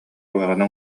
куһаҕаны